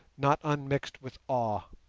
not unmixed with awe.